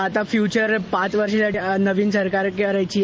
आता आपला फ्युचर पाच वर्षासाठी नवीन सरकार करायची आहे